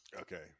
okay